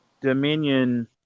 Dominion –